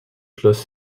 schloss